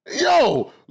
yo